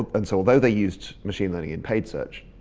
and so although they used machine learning in paid search,